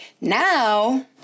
now